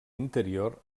interior